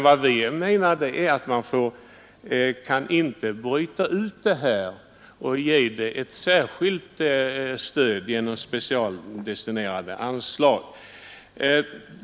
Vad vi anser är att man inte kan ge denna undervisning ett särskilt stöd genom ett specialdestinerat anslag.